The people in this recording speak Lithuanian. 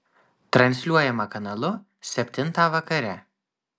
transliuojama kanalu septintą vakare